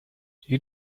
you